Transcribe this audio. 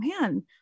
man